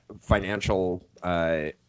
financial